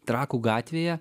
trakų gatvėje